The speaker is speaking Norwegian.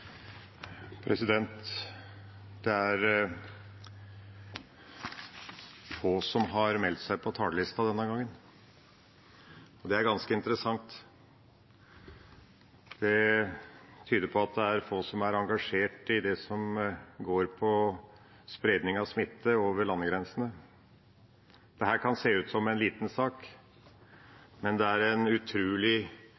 ganske interessant. Det tyder på at det er få som er engasjert i det som går på spredning av smitte over landegrensene. Dette kan se ut som en liten sak,